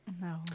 No